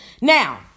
Now